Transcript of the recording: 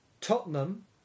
Tottenham